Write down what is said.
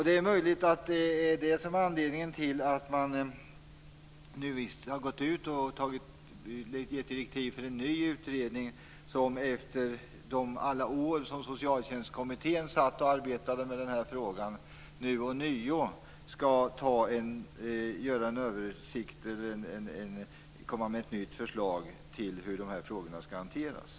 Det är möjligt att det är anledningen till att man nu har givit direktiv till en ny utredning, som efter alla år som socialtjänstkommittén arbetade med den här frågan nu ånyo skall komma med ett förslag till hur de här frågorna skall hanteras.